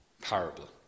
parable